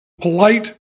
polite